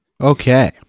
Okay